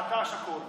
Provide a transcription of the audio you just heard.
הכול.